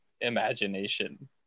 imagination